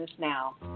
Now